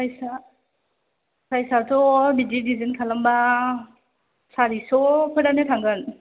प्राइसया प्राइसयाथ' बिदि डिजाइन खालामब्ला सारिस' फोरानो थांगोन